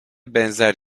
benzer